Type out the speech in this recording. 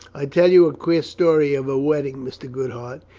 i'll tell you a queer story of a wedding, mr. goodhart.